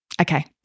okay